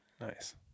Nice